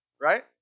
right